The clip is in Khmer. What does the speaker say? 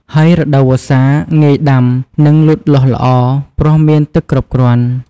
ហើយរដូវវស្សា ងាយដាំ និងលូតលាស់ល្អ ព្រោះមានទឹកគ្រប់គ្រាន់។